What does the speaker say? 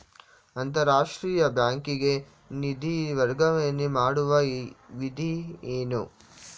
ಅಂತಾರಾಷ್ಟ್ರೀಯ ಬ್ಯಾಂಕಿಗೆ ನಿಧಿ ವರ್ಗಾವಣೆ ಮಾಡುವ ವಿಧಿ ಏನು?